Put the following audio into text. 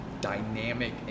dynamic